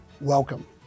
welcome